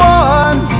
one